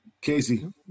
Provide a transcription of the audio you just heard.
Casey